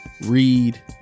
read